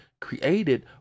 created